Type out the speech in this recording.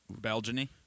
Belgian-y